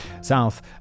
south